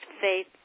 faith